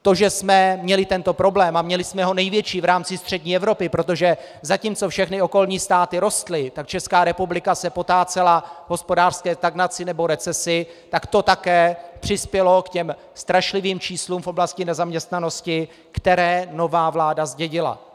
To, že jsme měli tento problém a měli jsme ho největší v rámci střední Evropy, protože zatímco všechny okolní státy rostly, tak Česká republika se potácela v hospodářské stagnaci nebo recesi, tak to také přispělo k těm strašlivým číslům v oblasti nezaměstnanosti, které nová vláda zdědila.